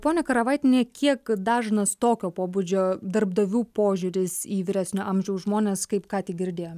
ponia karavaitiene kiek dažnas tokio pobūdžio darbdavių požiūris į vyresnio amžiaus žmones kaip ką tik girdėjom